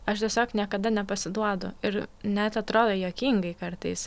aš tiesiog niekada nepasiduodu ir net atrodo juokingai kartais